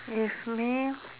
okay for me